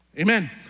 Amen